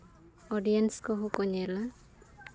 audience ᱠᱚᱦᱚᱸ ᱠᱚ ᱧᱮᱞᱟ